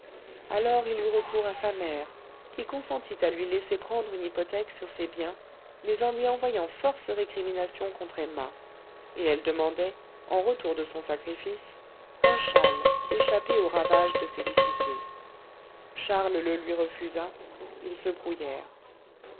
alors il eut recours à sa mère qui consentit à lui laisser prendre une hypothèque sur ses biens mais en lui envoyant force récriminations contre emma et elle demandait en retour de son sacrifice un châle échappé aux ravages de félicité charles le lui refusa ils se